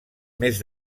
més